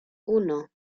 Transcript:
uno